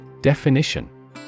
Definition